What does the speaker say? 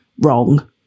wrong